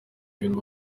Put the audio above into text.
ibintu